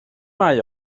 mae